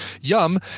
Yum